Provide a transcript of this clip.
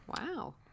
wow